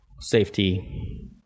safety